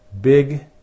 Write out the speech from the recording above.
big